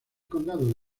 condado